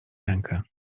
rękę